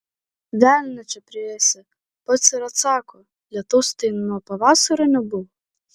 velnią čia priėsi pats ir atsako lietaus tai nuo pavasario nebuvo